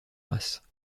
race